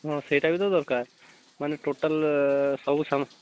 ହଁ ସେଇଟା ବି ତ ଦରକାର ମାନେ ଟୋଟାଲ୍ ସବୁ ସାମାନ